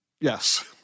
Yes